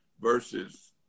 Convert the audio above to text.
versus